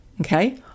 okay